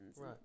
Right